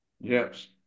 Yes